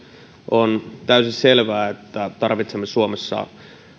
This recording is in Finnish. on täysin selvää että tarvitsemme suomessa